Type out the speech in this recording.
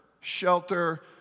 shelter